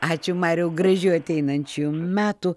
ačiū mariau gražių ateinančių metų